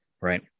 right